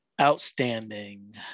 Outstanding